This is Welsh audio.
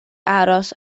aros